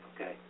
okay